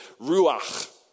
ruach